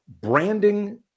branding